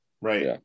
right